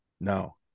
no